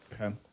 Okay